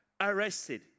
arrested